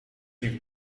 niech